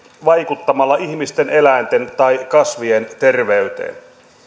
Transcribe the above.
vaikuttamalla ihmisten eläinten tai kasvien terveyteen